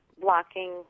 blocking